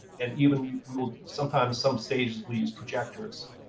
and even we we will sometimes, some stages, we'll use projectors,